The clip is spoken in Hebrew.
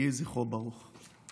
יהי זכרו ברוך.